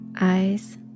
eyes